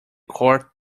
court